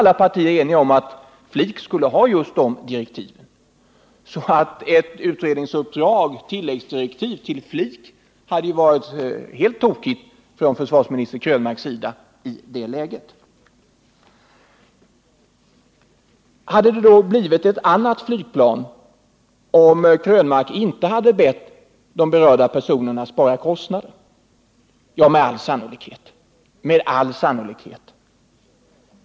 Alla partier var eniga om att FLIK skulle ha just denna uppgift. Att ge tilläggsdirektiv till FLIK om B3LA skulle alltså ha varit helt felaktigt från försvarsminister Krönmarks sida i det läget. Hade det då blivit ett annat flygplan om herr Krönmark inte hade bett de berörda personerna att försöka sänka kostnaderna? Ja, med all sannolikhet.